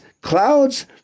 clouds